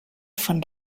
von